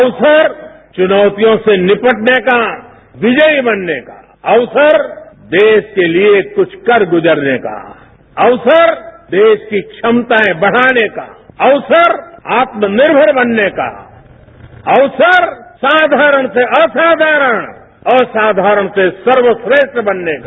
अवसर चुनौतियों से निपटने का विजयीं बनने का अवसर देश के लिए कुछ कर गुजरने का अवसर देश की क्षमताएं बढ़ाने का अवसर आत्मनिर्मर बनने का अवसर साधारण से असाधारण असाधारण से सर्वश्रेष्ठ बनने का